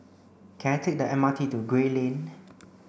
can I take the M R T to Gray Lane